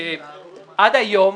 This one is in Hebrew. עד היום,